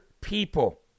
people